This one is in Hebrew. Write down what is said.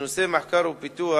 בנושא מחקר ופיתוח,